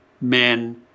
men